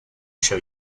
show